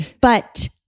But-